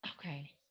Okay